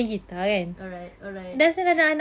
alright alright